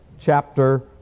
chapter